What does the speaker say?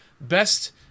best